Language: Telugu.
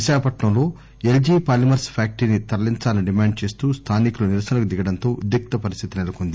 విశాఖపట్న ంలో ఎల్జి పాలిమర్స్ ఫ్యాక్టరీని తరలించాలని డిమాండ్ చేస్తూ స్లానికులు నిరసనకు దిగడంతో ఉద్రిక్త పరిస్లితి నెలకొంది